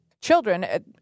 children